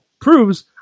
proves